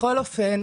בכל אופן,